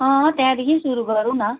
अँ त्यहाँदेखि सुरु गरौँ न